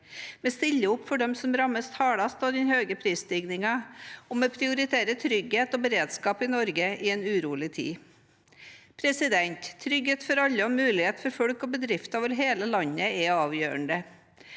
Vi stiller opp for dem som rammes hardest av den høye prisstigningen, og vi prioriterer trygghet og beredskap i Norge i en urolig tid. Trygghet for alle og muligheter for folk og bedrifter over hele landet er avgjørende.